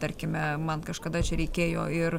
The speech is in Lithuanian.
tarkime man kažkada čia reikėjo ir